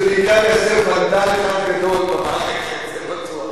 זה בעיקר איזה ונדל אחד גדול במערכת, זה בטוח.